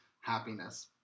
happiness